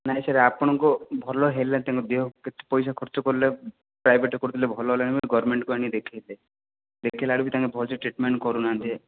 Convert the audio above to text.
ନାହିଁ ସାର୍ ଆପଣଙ୍କ ଭଲ ହେଲା ତାଙ୍କ ଦେହ କେତେ ପଇସା ଖର୍ଚ୍ଚ କଲେ ପ୍ରାଇଭେଟ୍ରେ କରୁଥିଲେ ଭଲ ହେଲାନି ବୋଲି ଗଭର୍ନମେଣ୍ଟକୁ ଆଣିକି ଦେଖାଇଲେ ଦେଖାଇଲା ବେଳକୁ ତାଙ୍କର ଭଲ ସେ ଟ୍ରିଟମେଣ୍ଟ କରୁନାହାନ୍ତି